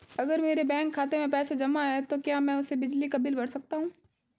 अगर मेरे बैंक खाते में पैसे जमा है तो क्या मैं उसे बिजली का बिल भर सकता हूं?